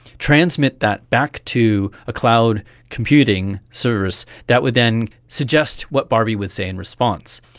transmit that back to a cloud computing service that would then suggest what barbie would say in response.